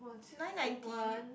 nine ninety